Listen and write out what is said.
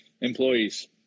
Employees